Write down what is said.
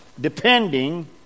Depending